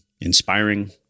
inspiring